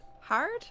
hard